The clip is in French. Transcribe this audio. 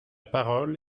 parole